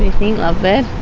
think, lovebird?